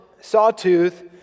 Sawtooth